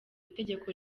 itegeko